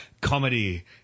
comedy